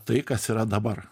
tai kas yra dabar